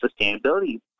sustainability